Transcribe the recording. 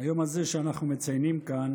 היום הזה שאנחנו מציינים כאן